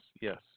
Yes